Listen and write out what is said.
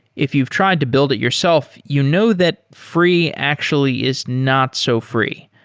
if you've tried to build it yourself, you know that free actually is not so free.